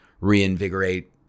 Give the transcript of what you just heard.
reinvigorate